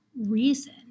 reason